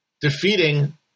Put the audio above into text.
defeating